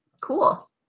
Cool